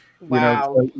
Wow